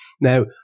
Now